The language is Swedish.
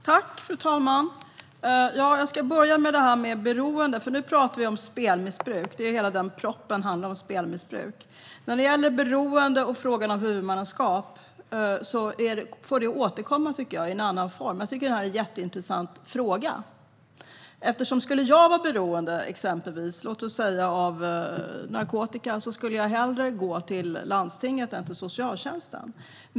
Fru talman! Jag ska börja med det här med beroende. Nu är det spelmissbruk vi ska prata om. Hela propositionen handlar om spelmissbruk. Frågan om beroende och huvudmannaskap får återkomma i en annan form, tycker jag. Jag tycker visserligen att det är en jätteintressant fråga. Skulle jag vara beroende, låt oss säga av narkotika, skulle jag hellre gå till landstinget än till socialtjänsten.